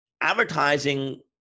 advertising